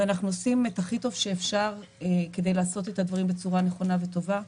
ואנחנו עושים את הכי טוב שאפשר כדי לעשות את הדברים בצורה נכונה וטובה.